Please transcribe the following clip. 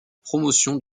promotion